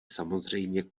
samozřejmě